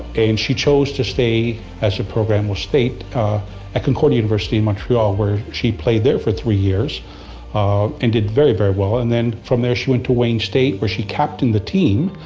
and she chose to stay as the program will state at concordia university in montreal, where she played there for three years and did very, very well. and then from there she went to wayne state, where she captained the team,